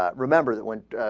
ah remember that would ah.